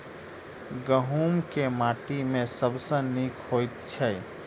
गहूम केँ माटि मे सबसँ नीक होइत छै?